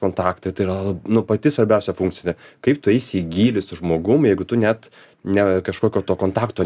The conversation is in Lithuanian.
kontaktą tai yra nu pati svarbiausia funkcija kaip tu eisi į gylį su žmogum jeigu tu net ne kažkokio to kontakto